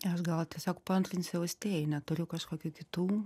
aš gal tiesiog paantrinsiu austėjai neturiu kažkokių kitų